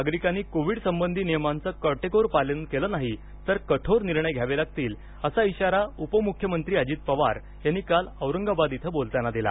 नागरिकांनी कोविड संबंधी नियमांचं काटेकोर पालन केलं नाही तर कठोर निर्णय घ्यावे लागतील असा इशारा उपमुख्यमंत्री अजित पवार यांनी काल औरंगाबाद इथं बोलताना दिला